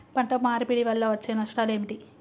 పంట మార్పిడి వల్ల వచ్చే నష్టాలు ఏమిటి?